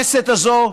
הזאת.